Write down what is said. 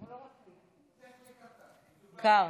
קר.